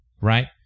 right